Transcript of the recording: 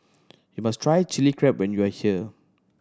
you must try Chili Crab when you are here